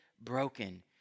broken